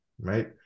right